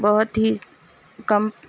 بہت ہی کم